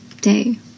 day